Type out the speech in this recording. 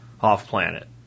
off-planet